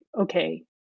Okay